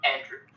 Andrew